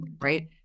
right